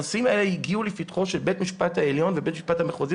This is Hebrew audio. הנושאים האלה הגיעו לפתחו של בית המשפט העליון ובית המשפט המחוזי,